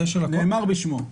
נאמר בשמו.